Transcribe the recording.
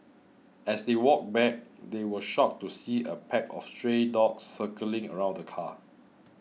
as they walked back they were shocked to see a pack of stray dogs circling around the car